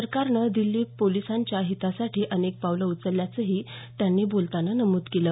सरकारनं दिल्ली पोलिसांच्या हितासाठी अनेक पावलं उचलल्याचंही त्यांनी बोलतांना नमूद केलं